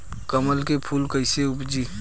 कमल के फूल कईसे उपजी?